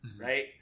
right